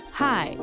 hi